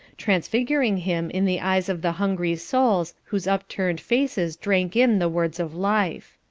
transfiguring him in the eyes of the hungry souls whose upturned faces drank in the words of life.